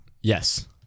Yes